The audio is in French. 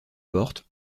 porte